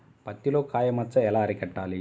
పత్తిలో కాయ మచ్చ ఎలా అరికట్టాలి?